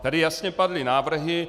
Tady jasně padly návrhy.